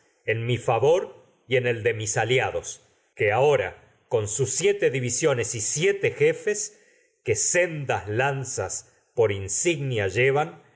en mi favor el de mis alia y dos que todo que ahora con sus siete divisiones siete en jefes torno sendas el lanzas por insignia llevan